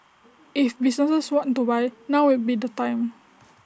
if businesses want to buy now would be the time